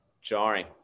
jarring